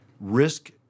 risk